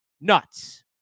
nuts